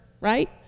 right